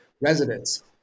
residents